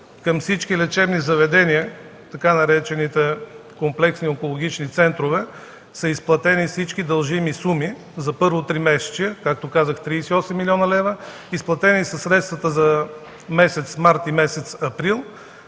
към всички лечебни заведения, така наречените комплексни онкологични центрове, са изплатени всички дължими суми за първо тримесечие, както казах, 38 млн. лв. Изплатени са средствата за месец март и месец април.